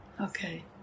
Okay